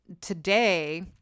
today